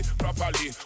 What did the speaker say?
properly